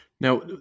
Now